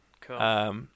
Cool